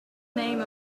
name